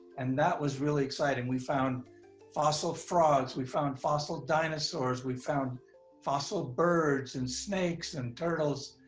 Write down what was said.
and that was really exciting. we found fossil frogs, we found fossil dinosaurs, we found fossil birds, and snakes, and turtles,